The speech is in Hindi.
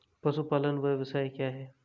पशुपालन व्यवसाय क्या है?